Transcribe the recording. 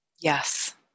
Yes